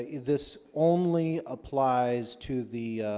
this only applies to the